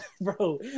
Bro